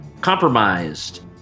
Compromised